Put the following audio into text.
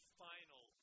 final